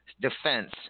defense